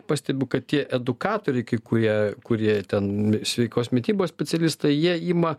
pastebiu kad tie edukatoriai kai kurie kurie ten sveikos mitybos specialistai jie ima